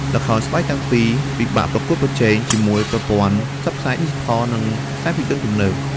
ល្ខោនស្បែកទាំងពីរពិបាក ប្រកួតប្រជែង ជាមួយប្រព័ន្ធផ្សព្វផ្សាយឌីជីថល និងខ្សែភាពយន្តទំនើប។